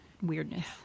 Weirdness